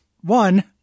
one